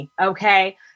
okay